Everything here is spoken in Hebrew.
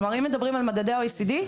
כלומר אם מדברים על מדדי ה-OECD,